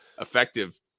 effective